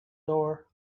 door